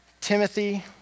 Timothy